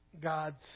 God's